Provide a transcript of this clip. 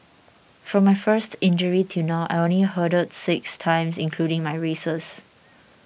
from my first injury till now I only hurdled six times including my races